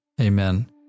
Amen